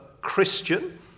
Christian